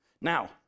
Now